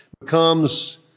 becomes